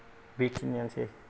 बेखिनियानोसै